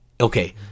Okay